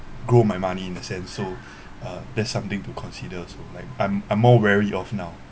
grow my money in a sense so uh that's something to consider also like I'm I'm more wary of now